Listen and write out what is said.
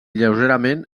lleugerament